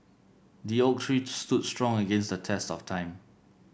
the oak tree stood strong against the test of time